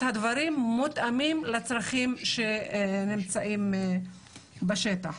הדברים מותאמים לצרכים שנמצאים בשטח.